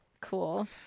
Cool